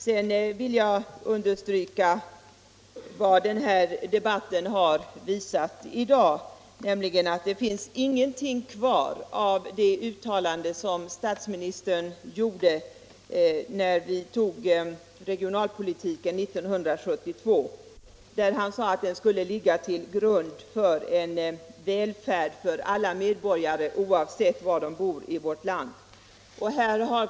Sedan vill jag understryka vad den här debatten har visat i dag, nämligen att det inte finns någonting kvar av de uttalanden som statsministern gjorde när vi beslutade om regionalpolitiken 1972. Han sade då att den skulle ligga till grund för en välfärd för alla medborgare oavsett var de bor i vårt land.